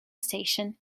station